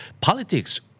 politics